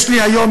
יש לי היום,